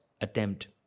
attempt